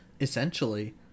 Essentially